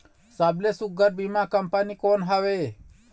सबले सुघ्घर बीमा कंपनी कोन हवे?